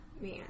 Man